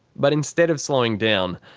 but instead of slowing down,